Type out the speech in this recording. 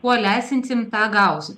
kuo lesinsim tą gausim